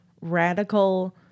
radical